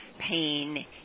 pain